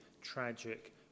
tragic